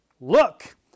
Look